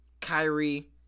Kyrie